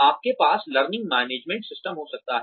आपके पास learning management system हो सकता है